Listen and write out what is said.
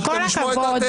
גם לשמוע את דעתך.